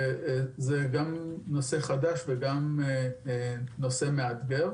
זה גם נושא חדש, וגם נושא מאתגר.